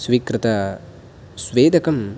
स्वीकृतस्वेदकं